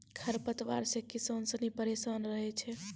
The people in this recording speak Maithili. खरपतवार से किसान सनी परेशान रहै छै